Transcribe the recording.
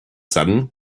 sudden